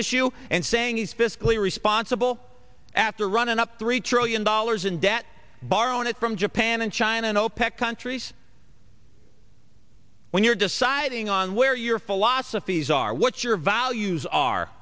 issue and saying he's fiscally responsible after running up three true in dollars in debt borrowing it from japan and china and opec countries when you're deciding on where your philosophies are what your values are